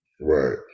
Right